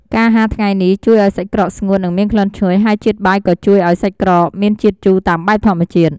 ការហាលថ្ងៃនេះ ជួយឱ្យសាច់ក្រកស្ងួត និងមានក្លិនឈ្ងុយ ហើយជាតិបាយក៏ជួយឱ្យសាច់ក្រកមានជាតិជូរតាមបែបធម្មជាតិ។